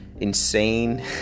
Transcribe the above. insane